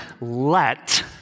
let